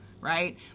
right